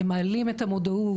הם מעלים את המודעות,